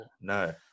no